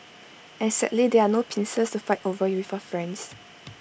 and sadly there are no pincers to fight over with your friends